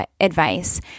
advice